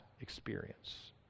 experience